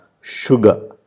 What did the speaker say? Sugar